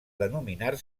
denominar